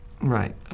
Right